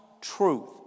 truth